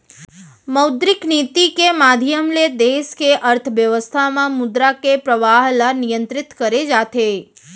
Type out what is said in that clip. मौद्रिक नीति के माधियम ले देस के अर्थबेवस्था म मुद्रा के परवाह ल नियंतरित करे जाथे